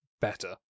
better